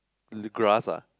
l~ grass ah